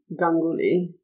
Ganguly